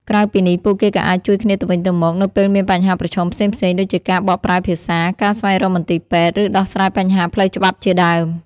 ក្រៅពីនេះ ពួកគេក៏អាចជួយគ្នាទៅវិញទៅមកនៅពេលមានបញ្ហាប្រឈមផ្សេងៗ ដូចជាការបកប្រែភាសា ការស្វែងរកមន្ទីរពេទ្យ ឬដោះស្រាយបញ្ហាផ្លូវច្បាប់ជាដើម ។